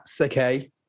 okay